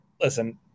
listen